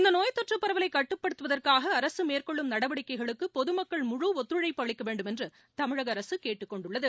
இந்தநோய் தொற்றுப் பரவலைகட்டுப்படுத்துவதற்காகஅரசுமேற்கொள்ளும் நடவடிக்கைகளுக்குபொதுமக்கள் முழு ஒத்துழைப்பு அளிக்கவேண்டும் என்றுதமிழகஅரசுகேட்டுக் கொண்டுள்ளது